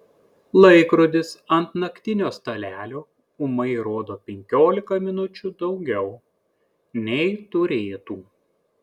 laikrodis ant naktinio stalelio ūmai rodo penkiolika minučių daugiau nei turėtų